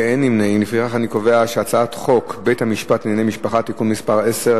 ההצעה להעביר את הצעת חוק בית-המשפט לענייני משפחה (תיקון מס' 10),